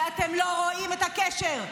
ואתם לא רואים את הקשר.